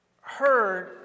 heard